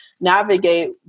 navigate